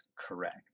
correct